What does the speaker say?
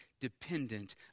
dependent